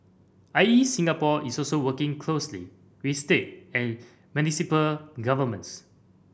I E Singapore is also working closely with state and municipal governments